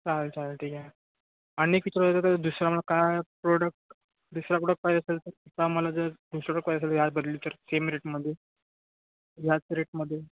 चालेल चालेल ठीक आहे आणि किती तर दुसरा मला काय प्रोडक्ट दुसरा कुठला पाहिजे असेल तर आता मला जर दुसरा प्रॉडक्ट पाहिजे असेल याच बदली तर सेम रेटमध्ये याच रेटमध्ये